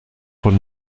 von